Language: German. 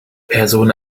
person